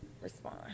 respond